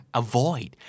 avoid